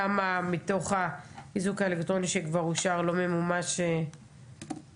כמה מתוך האיזוק האלקטרוני שכבר אושר לא ממומש במעצר?